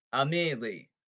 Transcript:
immediately